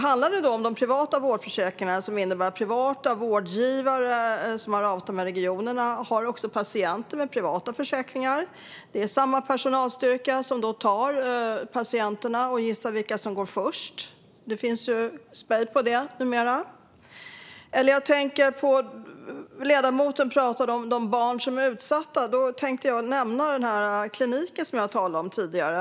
Handlar det om de privata vårdförsäkringarna, som innebär att privata vårdgivare som har avtal med regionerna också har patienter med privata försäkringar? Det är samma personalstyrka som tar hand om patienterna, och gissa vilka som går först! Det spejar man på numera. Ledamoten pratade om de barn som är utsatta, och då tänkte jag nämna den klinik som jag talade om tidigare.